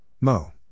Mo